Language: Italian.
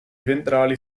ventrali